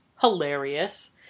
Hilarious